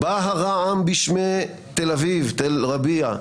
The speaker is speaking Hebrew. בא הרעם בשמי תל אביב, תל רביע.